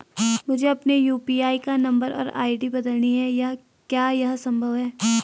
मुझे अपने यु.पी.आई का नम्बर और आई.डी बदलनी है क्या यह संभव है?